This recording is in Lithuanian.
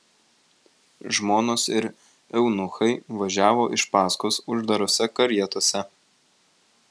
žmonos ir eunuchai važiavo iš paskos uždarose karietose